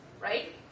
right